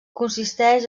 consisteix